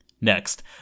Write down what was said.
Next